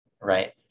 right